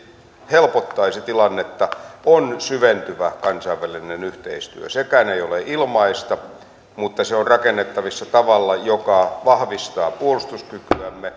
helpottaisi tilannetta on syventyvä kansainvälinen yhteistyö sekään ei ole ilmaista mutta se on rakennettavissa tavalla joka vahvistaa puolustuskykyämme